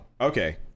okay